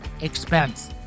expense